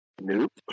Nope